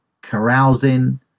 carousing